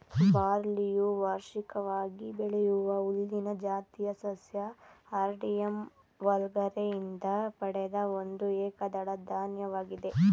ಬಾರ್ಲಿಯು ವಾರ್ಷಿಕವಾಗಿ ಬೆಳೆಯುವ ಹುಲ್ಲಿನ ಜಾತಿಯ ಸಸ್ಯ ಹಾರ್ಡಿಯಮ್ ವಲ್ಗರೆ ಯಿಂದ ಪಡೆದ ಒಂದು ಏಕದಳ ಧಾನ್ಯವಾಗಿದೆ